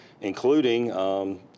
including